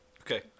Okay